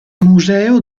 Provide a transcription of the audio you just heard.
museo